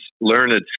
learned